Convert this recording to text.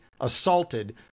assaulted